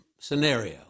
scenario